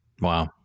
Wow